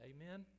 Amen